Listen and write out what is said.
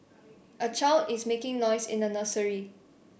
a child is making noise in a nursery